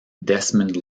desmond